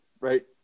right